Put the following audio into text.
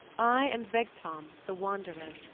i am vegtam the wanderer,